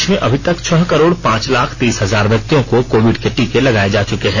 देश में अभी तक छह करोड़ पांच लाख तीस हजार व्यक्तियों को कोविड के टीके लगाए जा चुके हैं